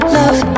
love